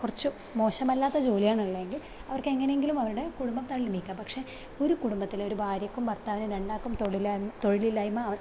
കുറച്ചു മോശമല്ലാത്ത ജോലിയാണുള്ളെങ്കിൽ അവർക്ക് എങ്ങനെയെങ്കിലും അവരുടെ കുടുംബം തള്ളി നീക്കാം പക്ഷേ ഒരു കുടുംബത്തില് ഒരു ഭാര്യക്കും ഭർത്താവിനും രണ്ടാൾക്കും തൊഴിലില്ലായ്മ തൊഴിലില്ലായ്മ